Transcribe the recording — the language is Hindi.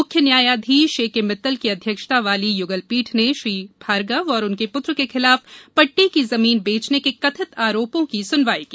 मुख्य न्यायाधीश ए के मित्तल की अध्यक्षता वाली युगल पीठ ने श्री भार्गव और उनके पुत्र के खिलाफ पट्टे की जमीन बेचने के कथित आरोपों की सुनवाई की